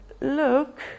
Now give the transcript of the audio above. look